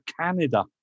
Canada